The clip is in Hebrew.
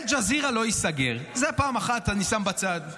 אל-ג'זירה לא ייסגר, את זה פעם אחת אני שם בצד.